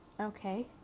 okay